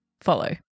follow